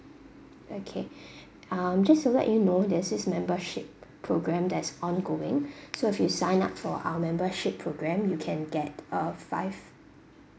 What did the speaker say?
okay um just to let you know there's this membership programme that's ongoing so if you sign up for our membership programme you can get a five